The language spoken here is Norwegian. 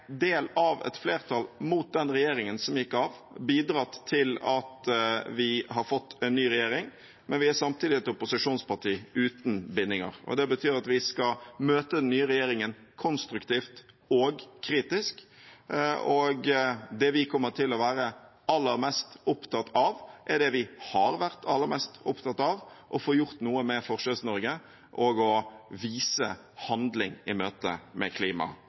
del av et flertall mot den regjeringen som gikk av. Vi har bidratt til at vi har fått en ny regjering, men vi er samtidig et opposisjonsparti uten bindinger. Det betyr at vi skal møte den nye regjeringen konstruktivt og kritisk, og det vi kommer til å være aller mest opptatt av, er det vi har vært aller mest opptatt av: å få gjort noe med Forskjells-Norge og å vise handling i møte med